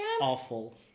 Awful